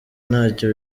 ntacyo